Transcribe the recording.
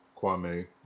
Kwame